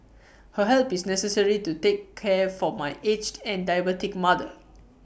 her help is necessary to take care for my aged and diabetic mother